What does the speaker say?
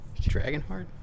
Dragonheart